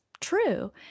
true